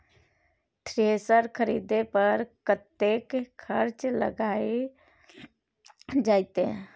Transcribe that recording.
Thresher खरीदे पर कतेक खर्च लाईग जाईत?